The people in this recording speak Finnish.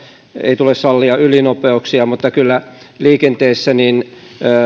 ei tule sallia ylinopeuksia mutta kyllä liikenteessä ne